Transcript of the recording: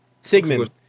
Sigmund